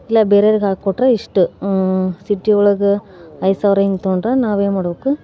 ಇಲ್ಲ ಬೇರೆಯವರಿಗೆ ಹಾಕ್ಕೊಟ್ಟರೆ ಇಷ್ಟು ಸಿಟಿ ಒಳಗೆ ಐದು ಸಾವಿರ ಹೀಗೆ ತಗೊಂಡ್ರೆ ನಾವು ಏನು ಮಾಡ್ಬೇಕು